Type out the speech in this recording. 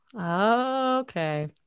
Okay